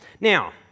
Now